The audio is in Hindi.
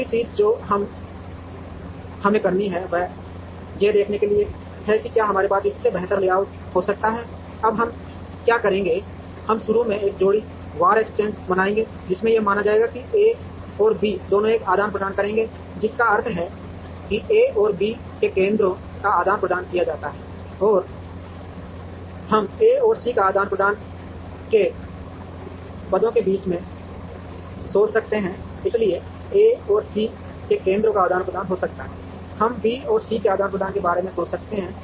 अब अगली चीज़ जो हमें करनी है वह यह देखने के लिए है कि क्या हमारे पास इससे बेहतर लेआउट हो सकता है अब हम क्या करेंगे हम शुरू में एक जोड़ी वार एक्सचेंज बनाएंगे जिसमें यह माना जाएगा कि ए और बी पदों का आदान प्रदान करेंगे जिसका अर्थ है कि A और B के केंद्रों का आदान प्रदान किया जाता है हम A और C के आदान प्रदान के पदों के बारे में सोच सकते हैं इसलिए A और C के केंद्रों का आदान प्रदान हो सकता है हम B और C के आदान प्रदान के बारे में सोच सकते हैं